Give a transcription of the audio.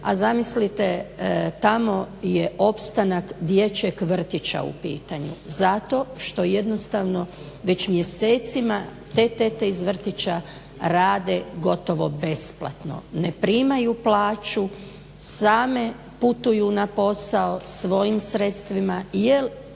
a zamislite tamo je opstanak dječjeg vrtića u pitanju zato što jednostavno već mjesecima te tete iz vrtića rade gotovo besplatno. Ne primaju plaću, same putuju na posao svojim sredstvima,